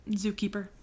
zookeeper